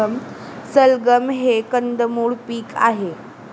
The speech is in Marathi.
सलगम हे कंदमुळ पीक आहे